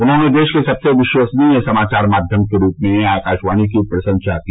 उन्होंने देश के सबसे विश्वसनीय समाचार माध्यम के रूप में आकाशवाणी की प्रशंसा की